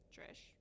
Trish